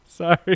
Sorry